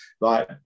right